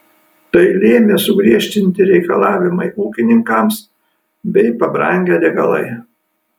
tai lėmė sugriežtinti reikalavimai ūkininkams bei pabrangę degalai